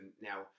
now